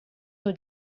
your